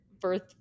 birth